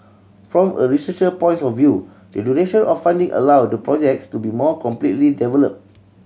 from a researcher points of view the duration of funding allow the projects to be more completely developed